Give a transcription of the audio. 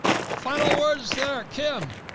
so final words, is there a kid? um